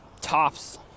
tops